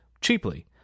cheaply